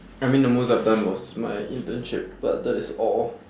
I mean the most I've done was my internship but that is all